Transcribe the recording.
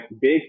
big